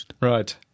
Right